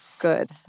good